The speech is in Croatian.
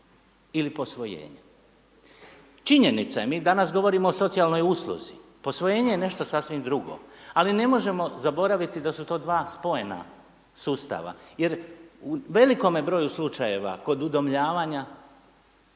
ili posvojenjem. Činjenica je, mi danas govorimo o socijalnoj usluzi, posvojenje je nešto sasvim drugo ali ne možemo zaboraviti da su to dva spojena sustava jer u velikome broju slučajeva kod udomljavanja